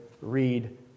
read